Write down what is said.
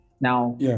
Now